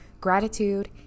Gratitude